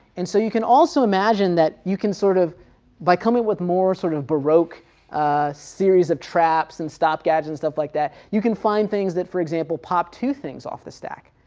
and so you can also imagine that you can sort of by coming with more sort of baroque series of traps and stop gadgets and stuff like that, you can find things that for example, pop two things off the stack,